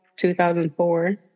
2004